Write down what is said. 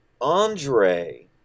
Andre